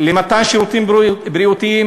למתן שירותים בריאותיים?